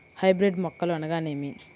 Hybrid మొక్కలు అనగానేమి?